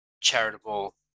charitable